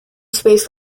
space